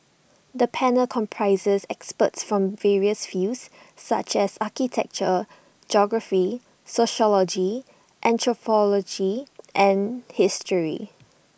the panel comprises experts from various fields such as architecture geography sociology anthropology and history